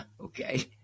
Okay